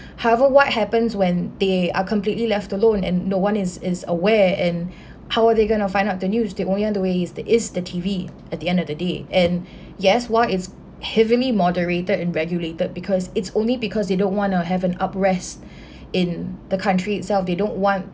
however what happens when they are completely left alone and no one is is aware and how are they going to find out the news the only other ways that is the T_V at the end of the day and yes while is heavily moderated and regulated because it's only because they don't want to have an uprest in the country itself they don't want